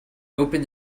open